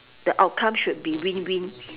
the outcome should be win win